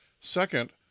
Second